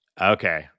Okay